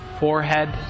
forehead